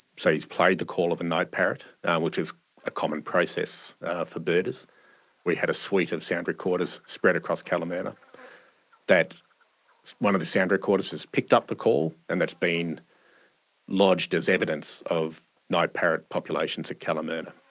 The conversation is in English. so he's played the call of a night parrot which is a common process for birders. we had a suite of sound recorders spread across kalamurina that one of the sound recorders has picked up the call and that's been lodged as evidence of night parrot populations at kalamurina.